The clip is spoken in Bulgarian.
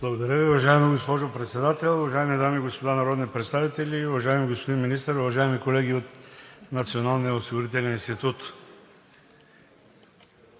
Благодаря Ви. Уважаема госпожо Председател, уважаеми дами и господа народни представители, уважаеми господин Министър, уважаеми колеги от Националния осигурителен институт!